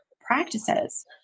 practices